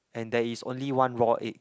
and there is only one raw egg